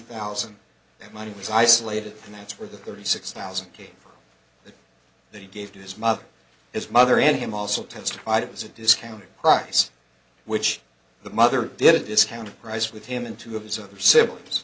thousand that money was isolated and that's where the thirty six thousand came that he gave to his mother his mother and him also testified it was a discounted price which the mother did a discounted price with him in two of his other siblings